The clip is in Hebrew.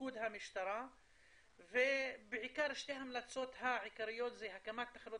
בתפקוד המשטרה ובעיקר שתי ההמלצות העיקריות זה הקמת תחנות